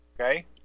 Okay